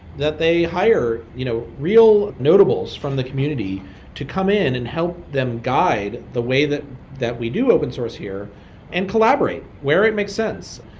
that they hire you know real notables from the community to come in and help them guide the way that that we do open source here and collaborate where it makes sense.